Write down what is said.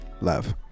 love